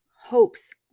hopes